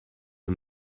and